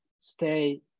stay